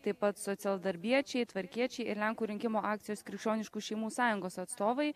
taip pat socialdarbiečiai tvarkiečiai ir lenkų rinkimų akcijos krikščioniškų šeimų sąjungos atstovai